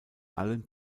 allen